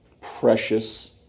Precious